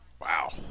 Wow